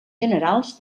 generals